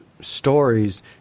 stories